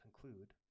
conclude